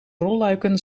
rolluiken